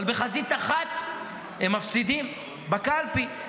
אבל בחזית אחת הם מפסידים: בקלפי,